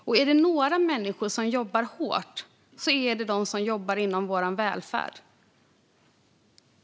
Och är det några människor som jobbar hårt är det de som jobbar inom vår välfärd.